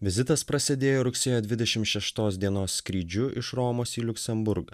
vizitas prasidėjo rugsėjo dvidešim šeštos dienos skrydžiu iš romos į liuksemburgą